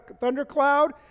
thundercloud